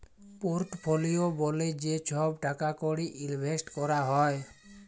portfolio ব্যলে যে ছহব টাকা কড়ি ইলভেসট ক্যরা হ্যয়